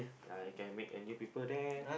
I can make and give people there